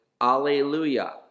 Alleluia